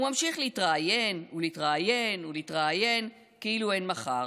הוא ממשיך להתראיין ולהתראיין ולהתראיין כאילו אין מחר,